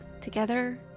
together